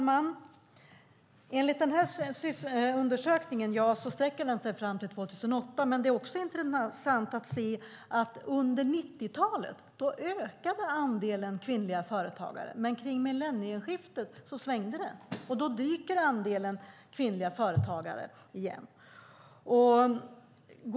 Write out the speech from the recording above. Herr talman! Den här undersökningen sträcker sig fram till 2008. Det är också intressant att se att andelen kvinnliga företagare ökade under 90-talet, men det svängde kring millennieskiftet. Då dyker andelen kvinnliga företagare igen.